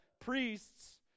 priests